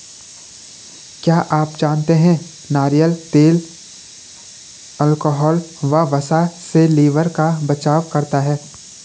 क्या आप जानते है नारियल तेल अल्कोहल व वसा से लिवर का बचाव करता है?